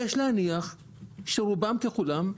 יש להניח שרובם ככולם,